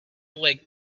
lake